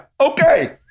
okay